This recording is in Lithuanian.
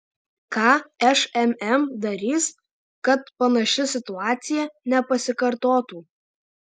ką šmm darys kad panaši situacija nepasikartotų